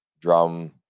drum